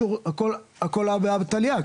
הכל הא בהא תליא,